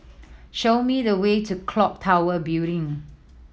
show me the way to Clock Tower Building